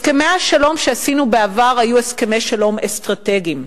הסכמי השלום שעשינו בעבר היו הסכמי שלום אסטרטגיים.